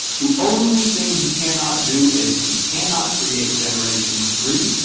the only thing he cannot do is he cannot create generation three,